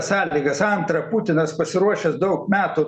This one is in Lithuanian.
sąlygas antra putinas pasiruošęs daug metų